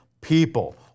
people